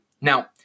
Now